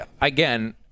again